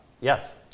Yes